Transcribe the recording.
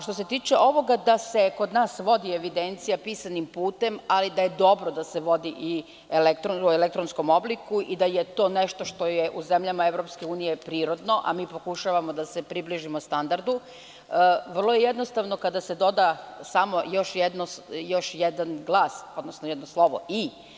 Što se tiče ovoga da se kod nas vodi evidencija pisanim putem, ali da je dobro da se vodi i u elektronskom obliku i da je to nešto što je u zemljama EU prirodno, a mi pokušavamo da se približimo standardu, vrlo je jednostavno kada se doda samo još jedan glas, odnosno još jedno slovo „i“